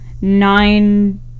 nine